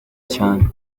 cyane